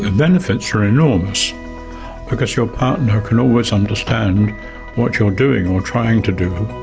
benefits are enormous because your partner can always understand what you're doing or trying to do and